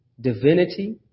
divinity